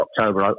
October